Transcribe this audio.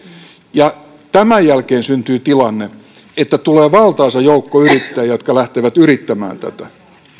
ja tämän jälkeen syntyy tilanne että tulee valtaisa joukko yrittäjiä jotka lähtevät yrittämään tätä